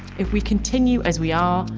if we continue as we are,